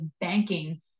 banking